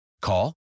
Call